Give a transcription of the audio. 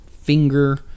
finger